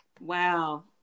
Wow